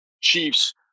Chiefs